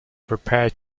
prepared